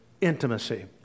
intimacy